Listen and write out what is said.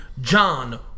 John